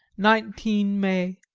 nineteen may.